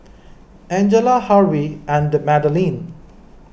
Angella Harvey and Madaline